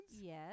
Yes